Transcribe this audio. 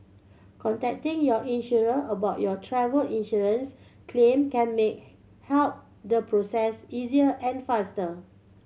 contacting your insurer about your travel insurance claim can make help the process easier and faster